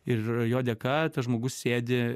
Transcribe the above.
ir jo dėka tas žmogus sėdi